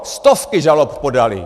Stovky žalob podaly!